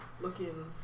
looking